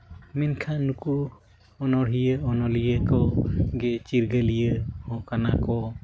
ᱢᱮᱱᱠᱷᱟᱱ ᱱᱩᱠᱩ ᱚᱱᱚᱬᱦᱤᱭᱟᱹ ᱚᱱᱚᱞᱤᱭᱟᱹ ᱠᱚᱜᱮ ᱪᱤᱨᱜᱟᱹᱞᱤᱭᱟᱹ ᱦᱚᱸ ᱠᱟᱱᱟ ᱠᱚ